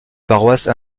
paroisse